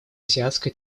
азиатско